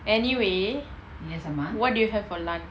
anyway what did you have for lunch